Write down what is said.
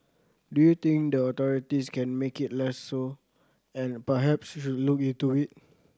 do you think the authorities can make it less so and perhaps should look into it